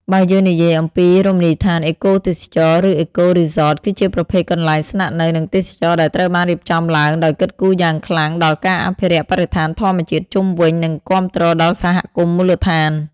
បើយើងនិយាយអំពី រមណីយដ្ឋានអេកូទេសចរណ៍ ឬ អេកូ រីសត គឺជាប្រភេទកន្លែងស្នាក់នៅ និងទេសចរណ៍ដែលត្រូវបានរៀបចំឡើងដោយគិតគូរយ៉ាងខ្លាំងដល់ការអភិរក្សបរិស្ថានធម្មជាតិជុំវិញ និងគាំទ្រដល់សហគមន៍មូលដ្ឋាន។